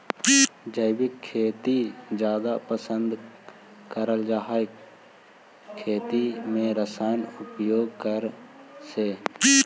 जैविक खेती जादा पसंद करल जा हे खेती में रसायन उपयोग करे से